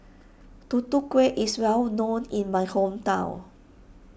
Tutu Kueh is well known in my hometown